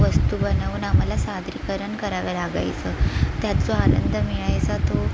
वस्तू बनवून आम्हाला सादरीकरण करावं लागायचं त्यात जो आनंद मिळायचा तो